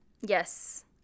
Yes